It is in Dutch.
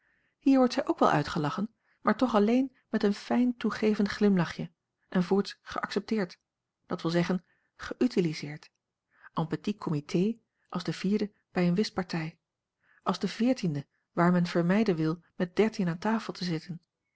hier wordt zij ook wel uitgelachen maar toch alleen met een fijn toegevend glimlachje en voorts geaccepteerd dat wil zeggen geütiliseerd en petit comité als de vierde bij eene whistpartij als de veertiende waar men vermijden wil met dertien a l g bosboom-toussaint langs een omweg aan tafel te zitten